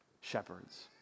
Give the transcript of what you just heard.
Shepherds